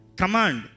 command